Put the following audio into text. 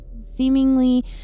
seemingly